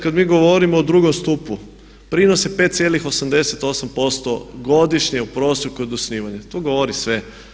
Kad mi govorimo o drugom stupu, prinos je 5,88% godišnje u prosjeku od osnivanja, to govori sve.